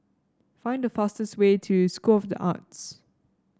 find the fastest way to School of the Arts